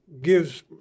gives